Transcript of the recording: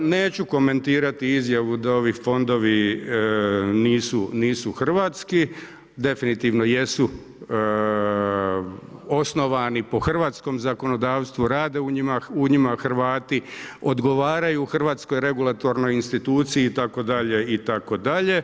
Neću komentirati da ovi fondovi nisu hrvatski, definitivno jesu osnovani po hrvatskom zakonodavstvu, rade u njima Hrvati, odgovaraju hrvatskoj regulatornoj instituciji itd., itd.